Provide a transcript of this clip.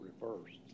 reversed